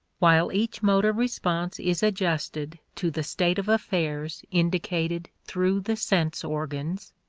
while each motor response is adjusted to the state of affairs indicated through the sense organs,